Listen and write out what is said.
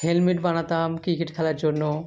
helmet বানাতাম cricket খেলার জন্য